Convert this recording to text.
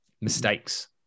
mistakes